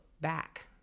back